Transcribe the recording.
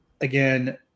again